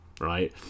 right